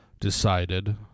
decided